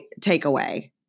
takeaway